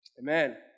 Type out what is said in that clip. Amen